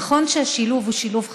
נכון שהשילוב הוא שילוב חשוב,